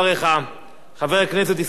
חבר הכנסת ישראל אייכלר, בבקשה.